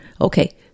Okay